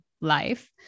life